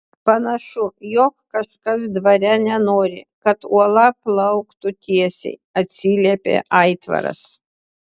panašu jog kažkas dvare nenori kad uola plauktų tiesiai atsiliepė aitvaras